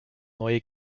neue